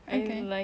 okay